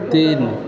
ତିନି